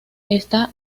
está